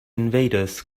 invaders